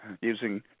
using